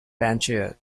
panchayat